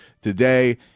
today